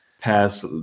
pass